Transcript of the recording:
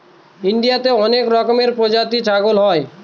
ইন্ডিয়াতে অনেক রকমের প্রজাতির ছাগল হয়